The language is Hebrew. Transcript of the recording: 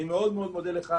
אני מאוד מודה לך.